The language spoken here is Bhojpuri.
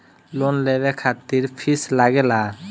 लोन लेवे खातिर फीस लागेला?